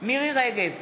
מירי רגב,